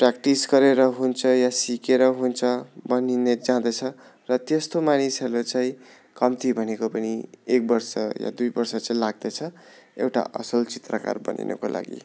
practice गरेर हुन्छ या सिकेर हुन्छ बनिन्दै जाँदछ र त्यस्तो मानिसहरूलाई चाहिँ कम्ति भनेको पनि एक वर्ष या दुई वर्ष चाहिँ लाग्दछ एउटा असल चित्रकार बनिनुको लागि